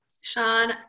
Sean